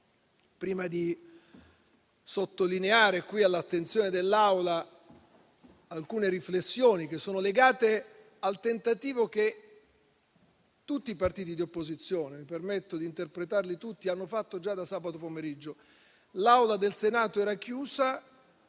di sottolineare qui all'attenzione dell'Assemblea alcune riflessioni legate al tentativo che tutti i partiti di opposizione - che mi permetto di interpretare - hanno fatto già da sabato pomeriggio: l'Aula del Senato era chiusa,